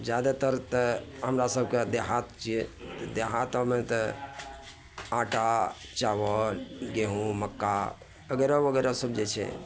जादातर तऽ हमरा सबके देहात छियै तऽ देहातमे तऽ आटा चाबल गेहूँ मक्का बगैरह बगैरह सब जे छै